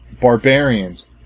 barbarians